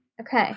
Okay